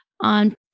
on